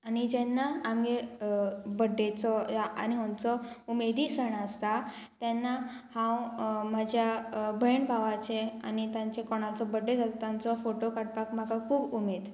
आनी जेन्ना आमगे बड्डेचो या आनी खंयचो उमेदी सण आसता तेन्ना हांव म्हाज्या भयण भावाचे आनी तांचे कोणाचो बड्डे जाता तांचो फोटो काडपाक म्हाका खूब उमेद